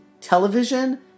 television